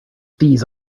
these